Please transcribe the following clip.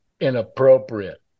inappropriate